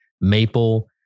maple